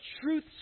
truth